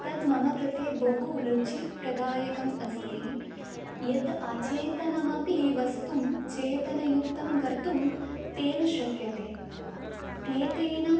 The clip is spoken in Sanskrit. तद् मम कृते बहु रुचिप्रदायकम् अस्ति यद् अचेतनमपि वस्तुं चेतनयुक्तं कर्तुं तेन शक्यते एतेन